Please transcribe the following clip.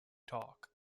talk